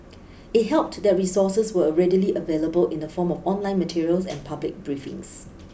it helped that resources were readily available in the form of online materials and public briefings